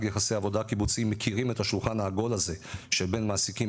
יחסי עבודה הקיבוצי מכירים את השולחן העגול הזה שבין מעסיקים,